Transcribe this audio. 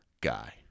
guy